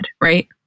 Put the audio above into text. right